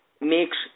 makes